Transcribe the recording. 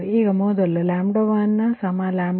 ಈಗ ಮೊದಲು1 1min0